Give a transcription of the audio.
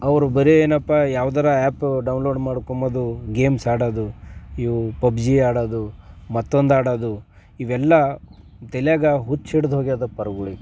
ಅವರು ಬರೀ ಏನಪ್ಪ ಯಾವ್ದಾರು ಆ್ಯಪು ಡೌನ್ ಲೋಡ್ ಮಾಡ್ಕೊಳ್ಳೋದು ಗೇಮ್ಸ್ ಆಡೋದು ಇವು ಪಬ್ಜಿ ಆಡೋದು ಮತ್ತೊಂದಾಡೋದು ಇವೆಲ್ಲ ತಲೆಗೆ ಹುಚ್ಚು ಹಿಡ್ದು ಹೋಗಿದೆ ಪೋರಗಳಿಗೆ